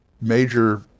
major